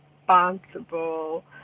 responsible